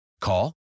Call